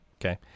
okay